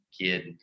kid